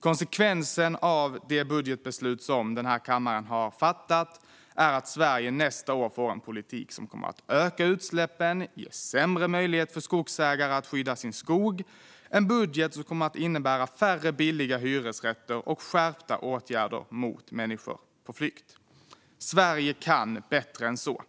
Konsekvensen av det budgetbeslut som kammaren har fattat är att Sverige nästa år får en politik som kommer att leda till ökade utsläpp och ge skogsägare sämre möjligheter att skydda sin skog. Det är en budget som kommer att innebära färre billiga hyresrätter och skärpta åtgärder mot människor på flykt. Sverige kan bättre än så.